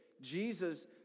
Jesus